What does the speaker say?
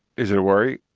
is it a worry?